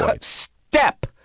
Step